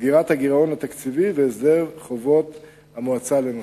סגירת הגירעון התקציבי והסדר חובות המועצה לנושים.